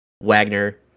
Wagner